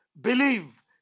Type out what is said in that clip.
Believe